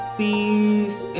peace